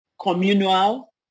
communal